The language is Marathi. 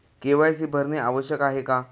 के.वाय.सी भरणे आवश्यक आहे का?